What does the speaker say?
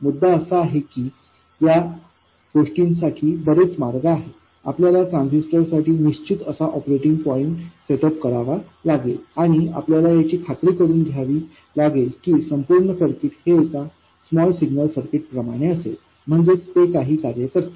मुद्दा असा आहे की या गोष्टीसाठी बरेच मार्ग आहेत आपल्याला ट्रान्झिस्टरसाठी निश्चित असा ऑपरेटिंग पॉईंट सेट अप करावा लागेल आणि आपल्याला याची खात्री करुन घ्यावी लागेल की संपूर्ण सर्किट हे एका स्मॉल सिग्नल सर्किट प्रमाणे असेल म्हणजे ते काही कार्य करते